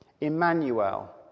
Emmanuel